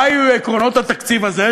מה יהיו עקרונות התקציב הזה,